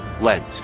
Lent